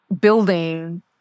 building